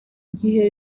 gihe